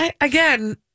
again